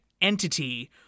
entity